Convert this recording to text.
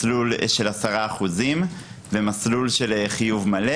מסלול של 10% ומסלול של חיוב מלא.